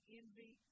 envy